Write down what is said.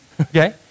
okay